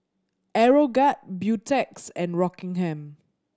Aeroguard Beautex and Rockingham